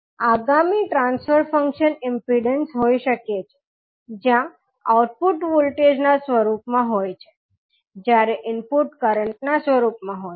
હવે આગામી transfer function impedance હોઈ શકે છે જ્યાં આઉટપુટ વોલ્ટેજના સ્વરૂપમાં હોય છે જ્યારે ઇનપુટ કરંટ ના સ્વરૂપમાં હોય છે